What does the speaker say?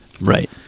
Right